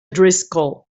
driscoll